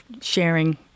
sharing